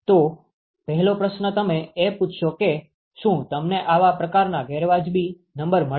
તો પહેલો પ્રશ્ન તમે એ પૂછશો કે શુ તમને આવા પ્રકારના ગેરવાજબી નંબર મળે